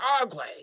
ugly